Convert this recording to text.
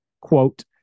quote